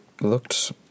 looked